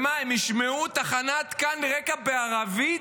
מה, הם ישמעו את תחנת כאן רקע בערבית?